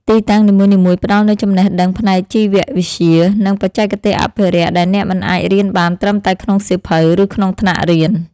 ទីតាំងនីមួយៗផ្ដល់នូវចំណេះដឹងផ្នែកជីវវិទ្យា និងបច្ចេកទេសអភិរក្សដែលអ្នកមិនអាចរៀនបានត្រឹមតែក្នុងសៀវភៅ ឬក្នុងថ្នាក់រៀន។